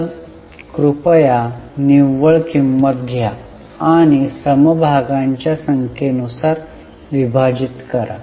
तर कृपया निव्वळ किंमत घ्या आणि समभागांच्या संख्ये नुसार विभाजित करा